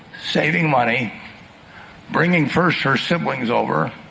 saving money bringing first her siblings over